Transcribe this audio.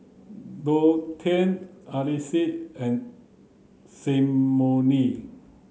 Dontae Alease and Symone